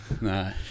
No